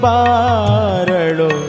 Baradu